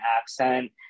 accent